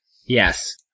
Yes